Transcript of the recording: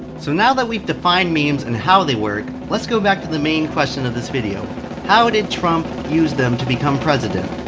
so now that we've defined memes and how they work, let's go back to the main question of this video how did trump use them to become president?